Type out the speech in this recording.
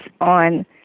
on